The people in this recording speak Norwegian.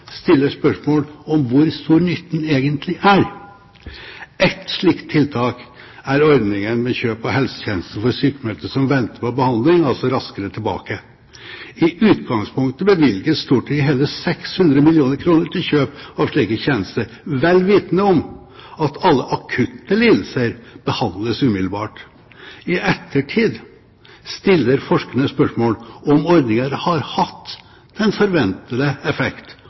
stiller spørsmål om hvor stor nytten egentlig er. Ett slikt tiltak er ordningen med kjøp av helsetjenester for sykmeldte som venter på behandling, altså Raskere tilbake. I utgangspunktet bevilget Stortinget hele 600 mill. kr til kjøp av slike tjenester, vel vitende om at alle akutte lidelser behandles umiddelbart. I ettertid stiller forskerne spørsmål om ordningen har hatt den forventede effekt,